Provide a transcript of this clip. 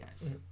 guys